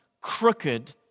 crooked